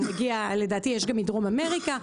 הוא מגיע לדעתי יש גם מדרום אמריקה.